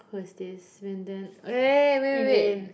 who is this been then wait wait wait wait